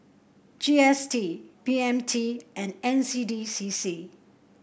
G S T B M T and N C D C C